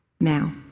Now